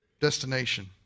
destination